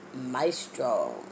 Maestro